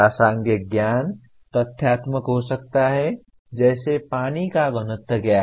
प्रासंगिक ज्ञान तथ्यात्मक हो सकता है जैसे पानी का घनत्व क्या है